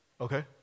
Okay